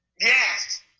Yes